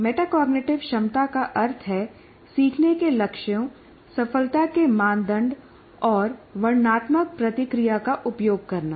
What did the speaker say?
metacognitive क्षमता का अर्थ है सीखने के लक्ष्यों सफलता के मानदंड और वर्णनात्मक प्रतिक्रिया का उपयोग करना